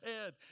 head